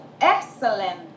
Excellent